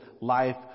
life